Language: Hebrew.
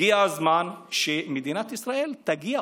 הגיע הזמן שמדינת ישראל תגיע,